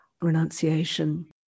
renunciation